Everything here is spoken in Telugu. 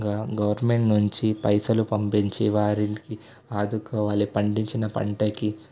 గవర్నమెంట్ నుంచి పైసలు పంపించి వారికి ఆదుకోవాలి పండించిన పంటకి